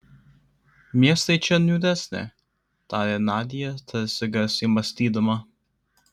miestai čia niūresni tarė nadia tarsi garsiai mąstydama